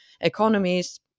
economies